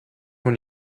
when